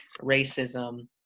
racism